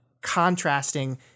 contrasting